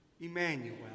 Emmanuel